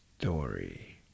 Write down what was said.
story